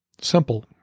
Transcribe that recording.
Simple